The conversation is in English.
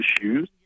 shoes